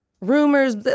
rumors